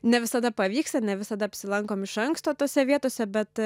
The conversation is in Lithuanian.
ne visada pavyksta ne visada apsilankom iš anksto tose vietose bet